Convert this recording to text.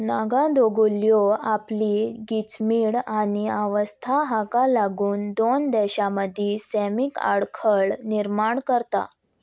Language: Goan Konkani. नागा दोंगुल्ल्यो आपली गिचमीड आनी अवस्था हाका लागून दोन देशां मदीं सैमीक आडखळ निर्माण करता